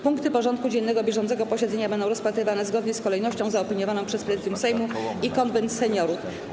Punkty porządku dziennego bieżącego posiedzenia będą rozpatrywane zgodnie z kolejnością zaopiniowaną przez Prezydium Sejmu i Konwent Seniorów.